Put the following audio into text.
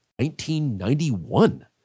1991